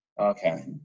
Okay